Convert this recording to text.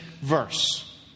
verse